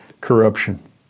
corruption